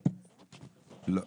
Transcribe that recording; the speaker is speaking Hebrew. לא.